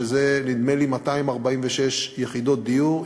שזה נדמה לי 246 יחידות דיור,